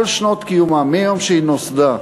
כל שנות קיומה, מהיום שהיא נוסדה,